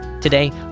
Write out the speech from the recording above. Today